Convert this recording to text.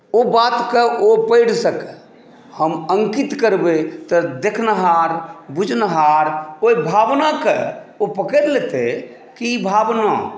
अगर ओ बातकेँ ओ पढ़ि सकए हम अङ्कित करबै तऽ देखनिहार बुझनिहार ओहि भावनाकेँ ओ पकड़ि लेतै कि ई भावना